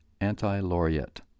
Anti-Laureate